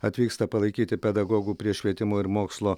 atvyksta palaikyti pedagogų prie švietimo ir mokslo